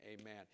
amen